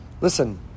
listen